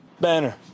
Banner